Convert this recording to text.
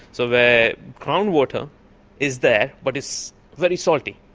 so the groundwater is there but it's very salty.